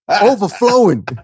Overflowing